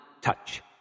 touch